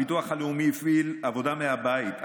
הביטוח הלאומי הפעיל עבודה מהבית,